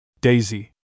Daisy